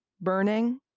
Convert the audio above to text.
burning